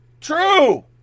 true